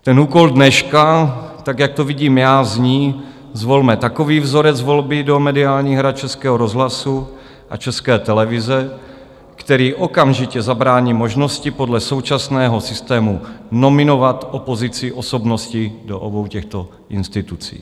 Ten úkol dneška, tak jak to vidím já, zní: zvolme takový vzorec volby do mediálních rad Českého rozhlasu a České televize, který okamžitě zabrání možnosti podle současného systému nominovat opozicí osobnosti do obou těchto institucí.